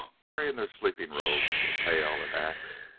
carrying their sleeping-robes, a pail, an ax,